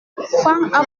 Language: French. franck